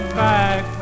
back